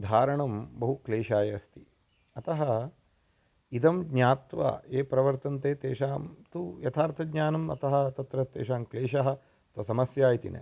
धारणं बहुक्लेशाय अस्ति अतः इदं ज्ञात्वा ये प्रवर्तन्ते तेषां तु यथार्थज्ञानम् अतः तत्र तेषां क्लेशः तत् समस्या इति न